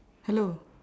hello